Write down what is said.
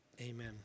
Amen